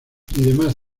demás